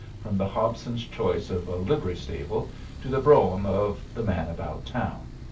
from the hobson's choice of a livery stable to the brougham of the man about town.